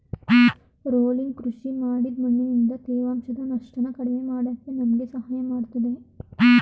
rolling ಕೃಷಿ ಮಾಡಿದ್ ಮಣ್ಣಿಂದ ತೇವಾಂಶದ ನಷ್ಟನ ಕಡಿಮೆ ಮಾಡಕೆ ನಮ್ಗೆ ಸಹಾಯ ಮಾಡ್ತದೆ